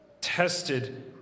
tested